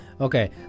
Okay